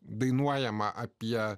dainuojama apie